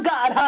God